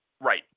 Right